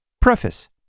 Preface